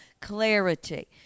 clarity